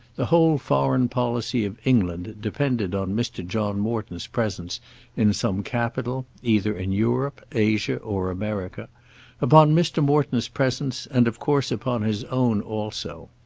the whole foreign policy of england depended on mr. john morton's presence in some capital, either in europe, asia, or america upon mr. morton's presence, and of course upon his own also.